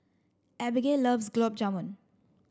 Abigail loves Gulab Jamun